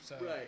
Right